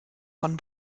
von